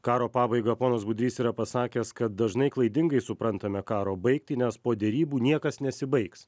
karo pabaigą ponas budrys yra pasakęs kad dažnai klaidingai suprantame karo baigtį nes po derybų niekas nesibaigs